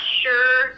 sure